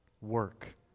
Work